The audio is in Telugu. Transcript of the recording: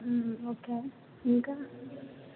ఓకే ఇంకా